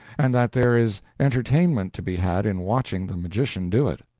and that there is entertainment to be had in watching the magician do it.